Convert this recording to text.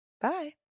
bye